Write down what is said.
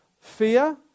Fear